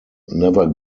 never